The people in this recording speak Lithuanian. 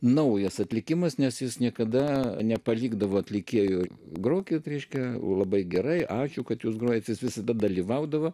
naujas atlikimas nes jis niekada nepavykdavo atlikėju grokit reiškia labai gerai ačiū kad jūs grojate jis visada dalyvaudavo